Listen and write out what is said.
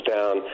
Down